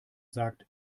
sagt